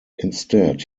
instead